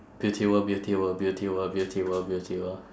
beauty world beauty world beauty world beauty world beauty world